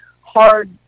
hard